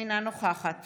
אינה נוכחת